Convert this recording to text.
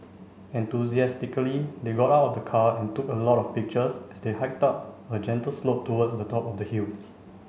enthusiastically they got out of the car and took a lot of pictures as they hiked up a gentle slope towards the top of the hill